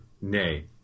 nay